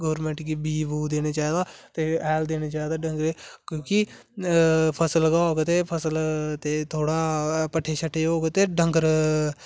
government गी बीइ देना चाहिदा ते ऐल देना चाहिदा डंगरे क्योकि फसल होवे ते फसल थोह्ड़ा पट्ठे होग ते डंगर